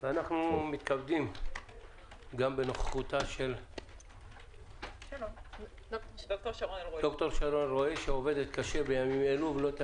ואנחנו מתכבדים גם בנוכחותה של ד"ר שרון אלרעי שעובדת קשה בימים אלה.